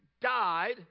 died